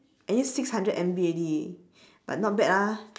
I use six hundred M_B already but not bad ah